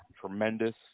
tremendous